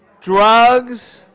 Drugs